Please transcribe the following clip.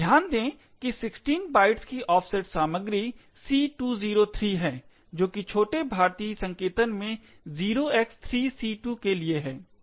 ध्यान दें कि 16 बाइट्स की ऑफसेट सामग्री c203 है जो कि छोटे भारतीय संकेतन में 0x3c2 के लिए है